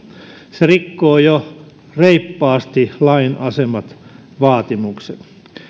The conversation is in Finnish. se rikkoo jo reippaasti lain asettamat vaatimukset